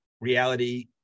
reality